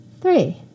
Three